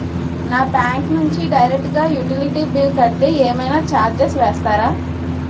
నా బ్యాంక్ నుంచి డైరెక్ట్ గా యుటిలిటీ బిల్ కడితే ఏమైనా చార్జెస్ వేస్తారా?